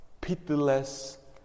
pitiless